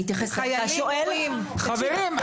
חברים,